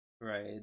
Right